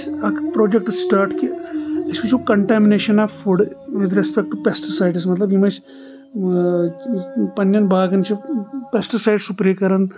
اکھ project start کہِ أسۍ وُچھو contamination of food with respect to pesticides مطلب یِم اسہِ پننٮ۪ن باغن چھِ پیٚسٹ سایٚڈٕس سُپرے کران